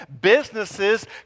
Businesses